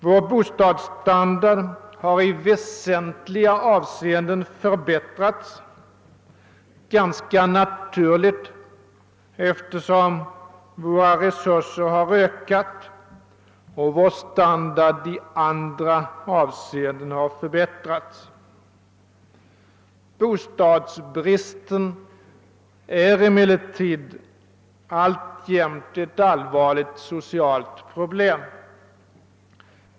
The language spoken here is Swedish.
Vår bostadsstandard har i väsentliga avseenden förbättrats vilket är ganska naturligt, eftersom våra resurser har ökat och vår standard i andra avseenden har förbättrats. Bostadsbristen är emellertid alltjämt ett allvarligt social problem.